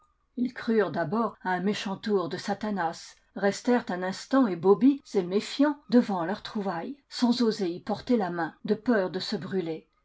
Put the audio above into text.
crurent d'abord à un méchant tour de satanas res tèrent un instant ébaubis et méfiants devant leur trouvaille sans oser y porter la main de peur de se brûler